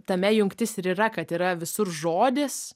tame jungtis ir yra kad yra visur žodis